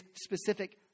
specific